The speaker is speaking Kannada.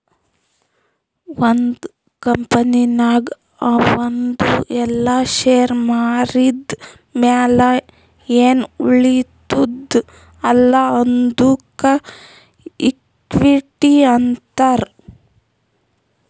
ಒಂದ್ ಕಂಪನಿನಾಗ್ ಅವಂದು ಎಲ್ಲಾ ಶೇರ್ ಮಾರಿದ್ ಮ್ಯಾಲ ಎನ್ ಉಳಿತ್ತುದ್ ಅಲ್ಲಾ ಅದ್ದುಕ ಇಕ್ವಿಟಿ ಅಂತಾರ್